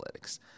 analytics